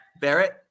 Barrett